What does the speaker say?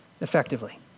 effectively